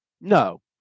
No